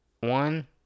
one